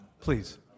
Please